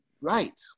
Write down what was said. right